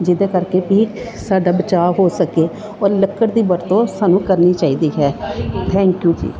ਜਿਹਦੇ ਕਰਕੇ ਵੀ ਸਾਡਾ ਬਚਾਅ ਹੋ ਸਕੇ ਔਰ ਲੱਕੜ ਦੀ ਵਰਤੋਂ ਸਾਨੂੰ ਕਰਨੀ ਚਾਹੀਦੀ ਹੈ ਥੈਂਕ ਯੂ ਜੀ